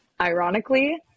ironically